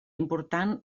important